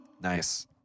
Nice